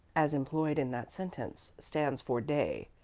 as employed in that sentence, stands for day.